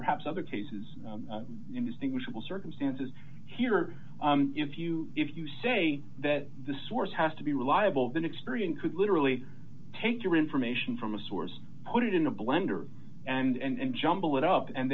perhaps other cases indistinguishable circumstances here if you if you say that the source has to be reliable than experian could literally take your information from a source put it in a blender and jumble it up and